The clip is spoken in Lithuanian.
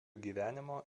gyvenimo